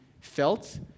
felt